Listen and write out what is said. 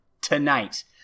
Tonight